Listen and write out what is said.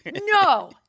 No